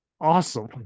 Awesome